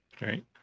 Right